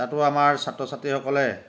তাতো আমাৰ ছাত্ৰ ছাত্ৰীসকলে